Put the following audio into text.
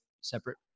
separate